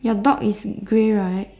your dog is grey right